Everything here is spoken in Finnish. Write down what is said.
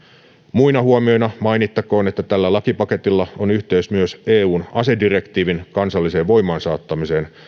muina huomioina mainittakoon että tällä lakipaketilla on yhteys myös eun asedirektiivin kansalliseen voimaansaattamiseen